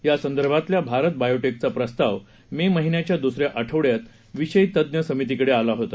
या संदर्भातल्या भारत बायोटेकचा प्रस्ताव मे महिन्याच्या दूसऱ्या आठवड्यात विषय तज्ज्ञ समितीकडे आला होता